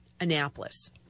Annapolis